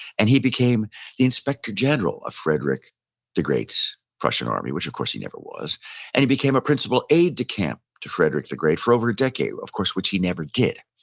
and he became the inspector general of frederick the great's prussian army, which of course he never was and he became a principal aide-de-camp to frederick the great for over a decade. of course, which he never did.